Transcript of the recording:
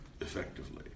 effectively